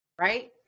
Right